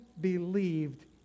believed